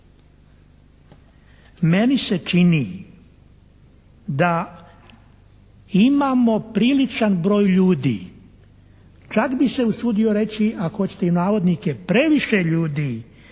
Meni se čini da imamo priličan broj ljudi čak bih se usudio reći ako hoćete i navodnike previše ljudi